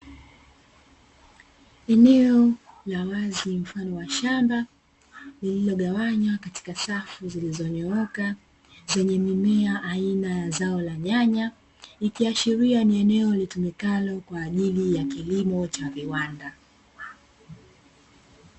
Eneo la wazi mfano wa shamba lililogawanywa katika safu zilizonyooka zenye mimea aina ya zao la nyanya, ikiashiria ni eneo linalotumika kwa ajili ya kilimo cha viwanda.